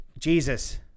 Jesus